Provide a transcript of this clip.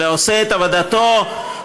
אלא הוא עושה את עבודתו ומצליח,